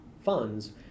funds